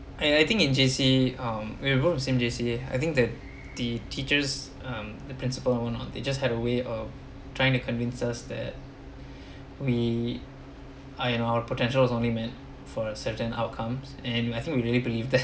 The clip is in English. I I think in J_C um we both have same J_C I think that the teachers um the principal and all lah they just had a way of trying to convince us that we are in our potential is only meant for a certain outcomes and I think we really believe that